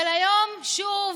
אבל היום שוב